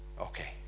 Okay